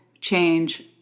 change